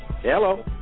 Hello